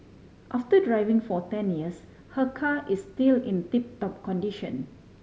after driving for ten years her car is still in tip top condition